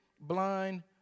blind